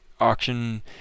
auction